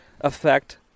effect